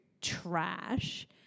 trash